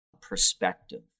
perspective